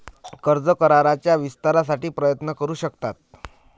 कर्ज कराराच्या विस्तारासाठी प्रयत्न करू शकतात